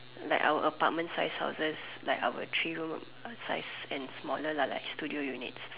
like our apartment sized houses like our three room size and smaller lah studio units